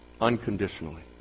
unconditionally